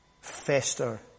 fester